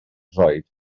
droed